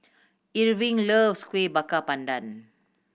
Irving loves Kuih Bakar Pandan